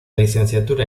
licenciatura